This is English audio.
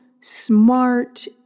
smart